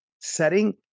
setting